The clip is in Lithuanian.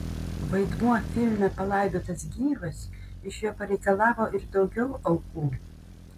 vaidmuo filme palaidotas gyvas iš jo pareikalavo ir daugiau aukų